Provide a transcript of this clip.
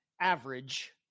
average